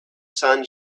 sun